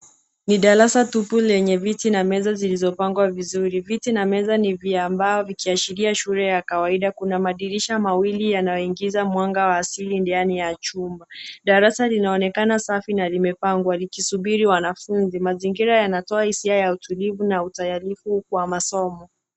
Ni darasa tupu lenye viti na meza zilizopangwa vizuri. Viti na meza ni vya mbao, vikiashiria shule ya kawaida. Kuna madirisha mawili yanayoingiza mwanga wa asili ndani ya chumba. Darasa linaonekana safi na limepangwa likisubiri wanafunzi. Mazingira yanatoa hisia ya utulivu na utayarifu kwa masomo.